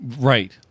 Right